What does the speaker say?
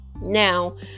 Now